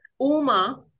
Uma